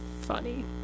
funny